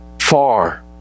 far